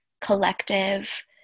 collective